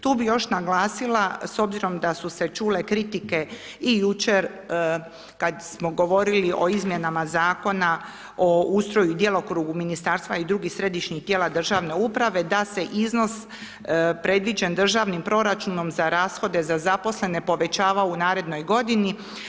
Tu bih još naglasila, s obzirom da su se čule kritike i jučer kad smo govorili o izmjenama Zakona o ustroju i djelokrugu Ministarstva i drugih Središnjih tijela državne uprave, da se iznos predviđen državnim proračunom za rashode za zaposlene povećavao u narednoj godini.